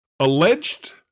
Alleged